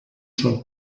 sol